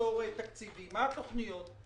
מה התכניות?